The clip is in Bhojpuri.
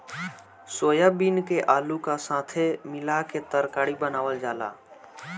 सोयाबीन के आलू का साथे मिला के तरकारी बनावल जाला